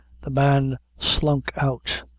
the man slunk out.